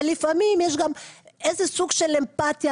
אבל לפעמים יש גם איזה סוג של אמפטיה,